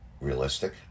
realistic